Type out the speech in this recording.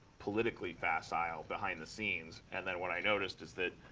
politically facile, behind the scenes. and then what i noticed is that,